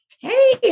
Hey